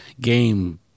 game